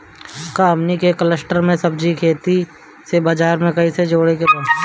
का हमनी के कलस्टर में सब्जी के खेती से बाजार से कैसे जोड़ें के बा?